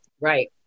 Right